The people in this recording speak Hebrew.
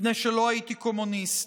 מפני שלא הייתי קומוניסט,